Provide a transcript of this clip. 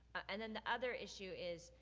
and then the other issue is,